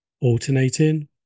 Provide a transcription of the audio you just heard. alternating